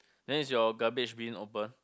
then is your garbage bin open